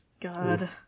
God